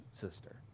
sister